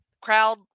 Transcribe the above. crowd